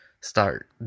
start